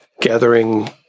gathering